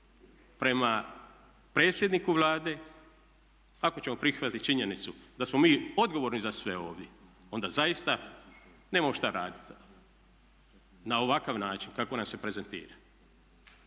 prema predsjedniku Vlade. Ako ćemo prihvatit činjenicu da smo mi odgovorni za sve ovdje, onda zaista nemamo šta raditi na ovakav način kako nas se prezentira.